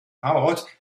out